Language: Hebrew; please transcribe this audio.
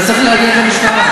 אתה צריך להגן על המשטרה.